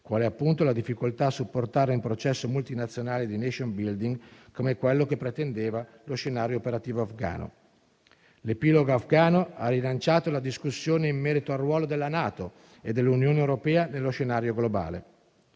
quale appunto la difficoltà a supportare un processo multinazionale di *nation building*, come quello che pretendeva lo scenario operativo afghano. L'epilogo afghano ha rilanciato la discussione in merito al ruolo della NATO e dell'Unione europea nello scenario globale.